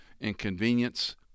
Inconvenience